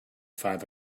five